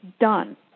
done